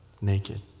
naked